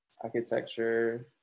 architecture